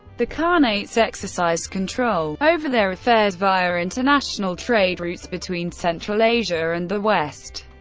the khanates exercised control over their affairs via international trade routes between central asia and the west.